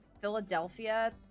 Philadelphia